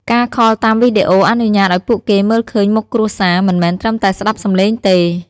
ការខលតាមវីដេអូអនុញ្ញាតឲ្យពួកគេមើលឃើញមុខគ្រួសារ មិនមែនត្រឹមតែស្តាប់សំឡេងទេ។